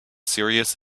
serious